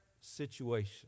situation